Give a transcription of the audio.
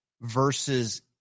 versus